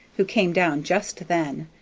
who came down just then.